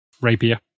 rapier